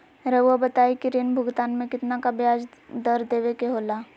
रहुआ बताइं कि ऋण भुगतान में कितना का ब्याज दर देवें के होला?